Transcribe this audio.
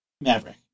Maverick